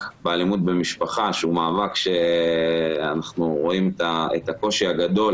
באלימות במשפחה שהוא מאבק שאנחנו רואים את הקושי הגדול